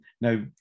Now